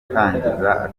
gutangiza